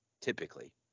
Typically